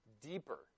deeper